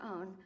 own